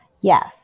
Yes